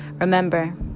Remember